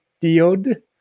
diode